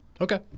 okay